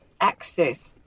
access